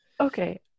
Okay